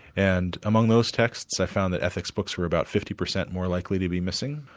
and among those texts i found the ethics books were about fifty percent more likely to be missing.